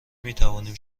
میتوانیم